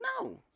No